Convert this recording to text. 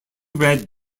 red